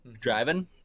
Driving